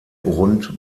rund